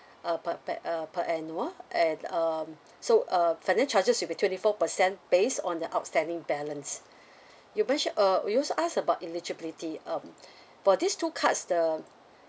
uh per pack uh per annual and um so uh finance charges will be twenty four percent based on the outstanding balance you mentioned uh you also asked about eligibility um for these two cards the